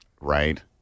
Right